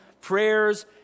prayers